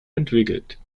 entwickelt